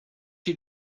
you